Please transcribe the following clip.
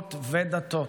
אמונות ודתות.